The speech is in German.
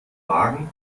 wagen